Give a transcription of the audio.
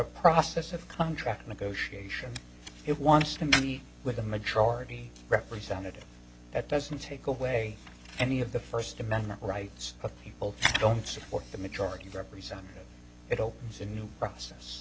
process of contract negotiation it wants to meet with a majority representative at doesn't take away any of the first amendment rights of people who don't support the majority representing it opens a new process